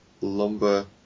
lumber